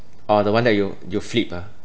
orh the one that you you flip ah